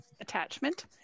attachment